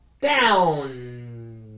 Down